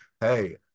Hey